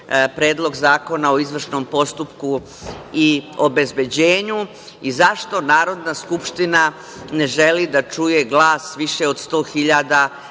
Predlog zakona o izvršnom postupku i obezbeđenju? Zašto Narodna skupština ne želi da čuje glas više od 100.000